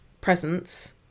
presence